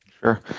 Sure